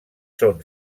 són